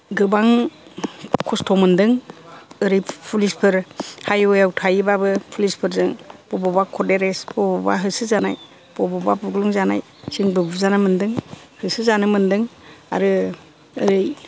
गोबां खस्त' मोनदों ओरै फुलिसफोर हायवेआव थायोबाबो पुलिसफोरजों बबावबा कर्ट एरेस्त अबावबा होसो जानाय बबावबा बुग्लुं जानाय जोंबो बुजाना मोनदों होसोजानो मोनदों आरो ओरै